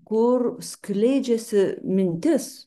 kur skleidžiasi mintis